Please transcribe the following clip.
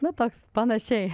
nu toks panašiai